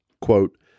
Quote